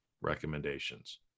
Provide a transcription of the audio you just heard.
recommendations